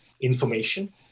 information